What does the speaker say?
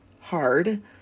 hard